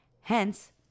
Hence